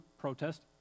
protest